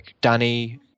Danny